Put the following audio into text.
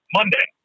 Monday